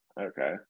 okay